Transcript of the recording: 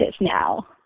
now